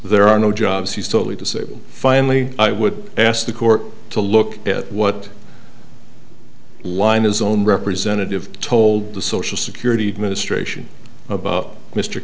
there are no jobs he's totally disabled finally i would ask the court to look at what line his own representative told the social security administration about m